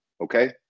okay